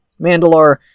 Mandalore